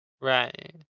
right